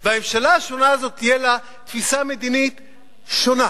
והממשלה השונה הזאת תהיה לה תפיסה מדינית שונה.